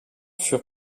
furent